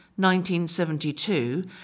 1972